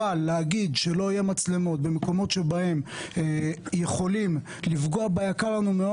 אבל לא להגיד שלא יהיו מצלמות במקומות שבהם יכולים לפגוע ביקר לנו,